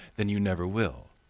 then you never will.